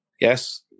Yes